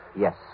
Yes